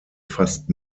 fast